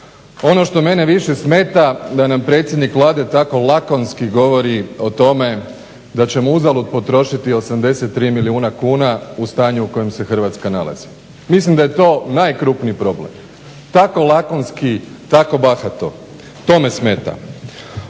Ono što mene više smeta, da nam predsjednik Vlade tako lakonski govori o tome da ćemo uzalud potrošiti 83 milijuna kuna u stanju u kojem se Hrvatska nalazi. Mislim da je to najkrupniji problem. Tako lakonski, tako bahato. To me smeta.